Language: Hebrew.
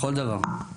בכל דבר.